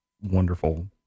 wonderful